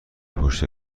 پشت